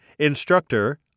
Instructor